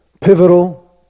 pivotal